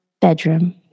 bedroom